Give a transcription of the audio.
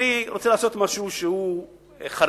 אני רוצה לעשות משהו שהוא חריג,